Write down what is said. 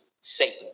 Satan